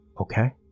Okay